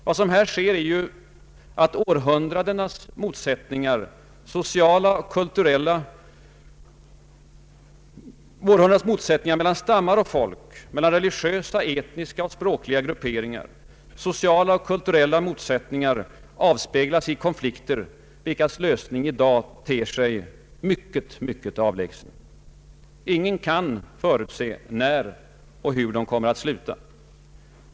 Vad som här sker är att århundradens motsättningar mellan stammar och folk, mellan religiösa, etniska och språkliga samt sociala och kulturella grupperingar avspeglas i konflikter, vilkas lösning ter sig oändligt avlägsen. Ingen kan förutse när och hur de slutar.